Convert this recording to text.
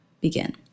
begin